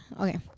Okay